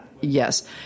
yes